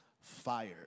fire